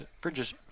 bridges